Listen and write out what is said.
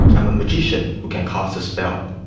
i'm a magician who can cast a spell,